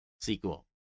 sequel